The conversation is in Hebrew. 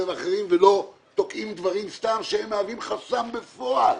ואחרים ולא תוקעים סתם דברים שהם מהווים חסם בפועל.